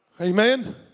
Amen